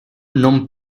non